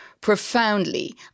profoundly